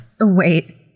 Wait